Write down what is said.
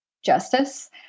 Justice